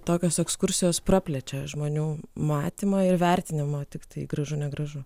tokios ekskursijos praplečia žmonių matymą ir vertinimą tiktai gražu negražu